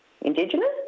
Indigenous